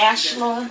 Ashla